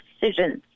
decisions